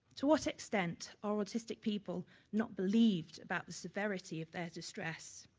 to what extent are autistic people not believed about the severity of their distress?